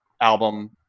album